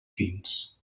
fins